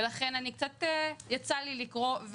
אנחנו מדברים על פרק ממוצע של 12 חודשים לעומת שלוש שנים.